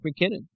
McKinnon